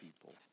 people